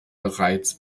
bereits